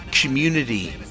community